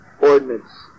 ordinance